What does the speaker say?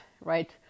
right